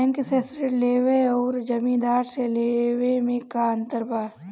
Bank से ऋण लेवे अउर जमींदार से लेवे मे का अंतर बा?